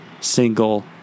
single